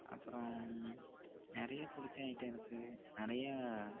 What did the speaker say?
அப்புறம் நிறைய பிடிச்ச ஐட்டம் இருக்குது நிறையா